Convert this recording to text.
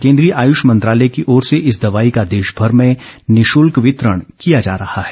केन्द्रीय आयुष मंत्रालय की ओर इस दवाई का देश भर में निशुल्क वितरण किया जा रहा है